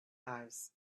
eyes